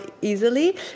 easily